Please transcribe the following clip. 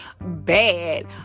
bad